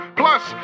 plus